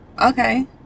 Okay